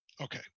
Okay